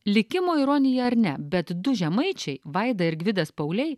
likimo ironija ar ne bet du žemaičiai vaida ir gvidas pauliai